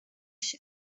się